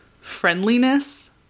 friendliness